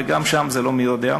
וגם שם זה לא מי-יודע-מה.